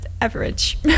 average